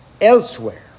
elsewhere